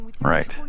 Right